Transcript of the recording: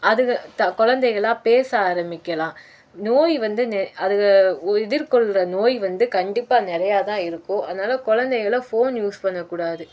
அதுங்க த குலந்தைகளா பேச ஆரமிக்கலாம் நோய் வந்து நெ அதுங்க ஒ எதிர்கொள்கிற நோய் வந்து கண்டிப்பாக நிறையா தான் இருக்கும் அதனால் குலந்தைகள ஃபோன் யூஸ் பண்ண கூடாது